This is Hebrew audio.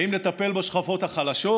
האם נטפל בשכבות החלשות?